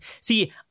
see